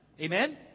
Amen